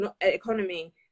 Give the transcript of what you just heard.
economy